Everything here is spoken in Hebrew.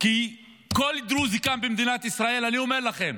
כי כל דרוזי כאן במדינת ישראל, אני אומר לכם,